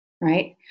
Right